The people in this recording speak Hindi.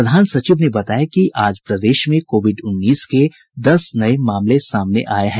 प्रधान सचिव ने बताया कि आज प्रदेश में कोविड उन्नीस के दस नये मामले सामने आये हैं